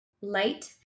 light